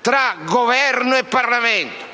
tra Governo e Parlamento.